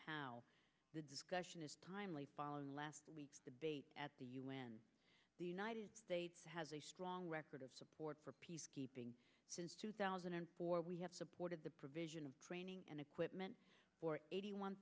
how the discussion is timely following last week's debate at the u n the united states has a strong record of support for peacekeeping since two thousand and four we have supported the provision of training and equipment for eighty one